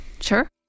Sure